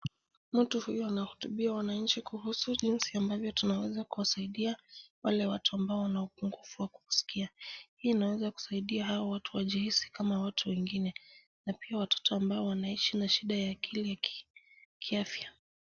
Mtu huyu anahutubia wananchi kuhusu jinsi ambavyo tunaweza kuwasaidia wale watu ambao wana upungufu wa kusikia. Hii inaweza kusaidia hao watu wajihisi kama watu wengine na pia watoto ambao wanaaishi na shida ya akili kiafya.